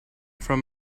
from